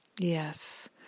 Yes